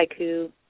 haiku